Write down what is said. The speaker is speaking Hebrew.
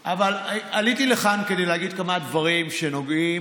עליתי לכאן כדי להגיד כמה דברים שנוגעים